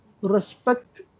respect